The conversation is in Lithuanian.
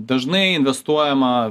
dažnai investuojama